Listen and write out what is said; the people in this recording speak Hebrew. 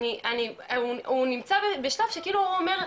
הוא נמצא בשלב שכאילו הוא אומר,